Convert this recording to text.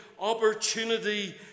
opportunity